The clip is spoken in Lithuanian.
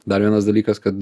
dar vienas dalykas kad